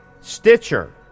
Stitcher